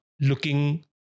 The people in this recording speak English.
looking